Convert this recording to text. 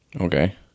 okay